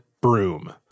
broom